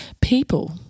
people